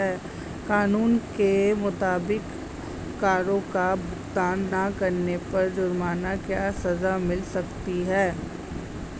कानून के मुताबिक, करो का भुगतान ना करने पर जुर्माना या सज़ा मिल सकती है